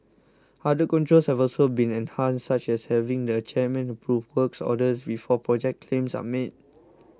other controls have also been enhanced such as having the chairman approve works orders before project claims are made